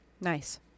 Nice